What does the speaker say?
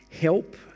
help